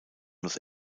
los